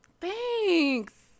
thanks